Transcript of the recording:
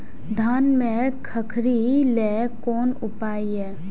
धान में खखरी लेल कोन उपाय हय?